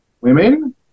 women